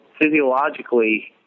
physiologically